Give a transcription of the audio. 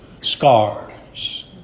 scars